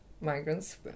migrants